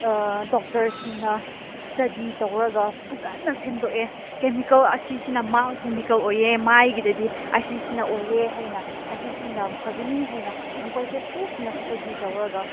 ꯗꯣꯛꯇꯔꯁꯤꯡꯅ ꯏꯁꯇꯗꯤ ꯇꯧꯔꯒ ꯐꯖꯅ ꯁꯦꯝꯗꯣꯛꯑꯦ ꯀꯦꯃꯤꯀꯦꯜ ꯑꯁꯤꯁꯤꯅ ꯃꯥꯏ ꯀꯦꯃꯤꯀꯦꯜ ꯑꯣꯏꯌꯦ ꯃꯥꯏꯒꯤꯗꯗꯤ ꯑꯁꯤꯁꯤꯅ ꯑꯣꯏꯌꯦ ꯍꯥꯏꯅ ꯑꯁꯤꯁꯤꯅ ꯐꯒꯅꯤ ꯍꯥꯏꯅ ꯃꯈꯣꯏꯁꯦ ꯀꯨꯞꯅ ꯏꯁꯇꯗꯤ ꯇꯧꯔꯒ